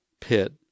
pit